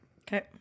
Okay